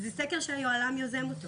זהו סקר שהיוהל"ם יוזם.